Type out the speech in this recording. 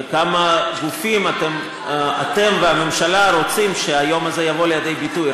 בכמה גופים אתם והממשלה רוצים שהיום הזה יבוא לידי ביטוי.